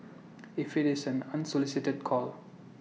if IT is an unsolicited call